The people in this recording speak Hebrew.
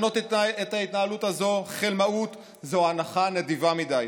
לכנות את ההתנהלות הזאת חלמאות זו הנחה נדיבה מדי.